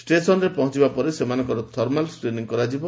ଷ୍ଟେସନ୍ରେ ପହଞ୍ଚିବା ପରେ ସେମାନଙ୍କର ଥର୍ମାଲ୍ ସ୍କ୍ରିନିଂ କରାଯିବ